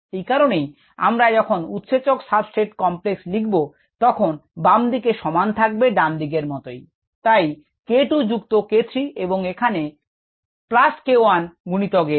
এই কারনেই আমরা যখন উৎসেচক সাবস্ট্রেট কমপ্লেক্স লিখব তখন বামদিকে সমান থাকবে ডান দিকের মতই তাই k 2 যুক্ত k 3 এবং এখানে প্লাস k 1 গুনিতক S